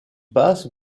passe